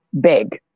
big